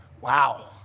Wow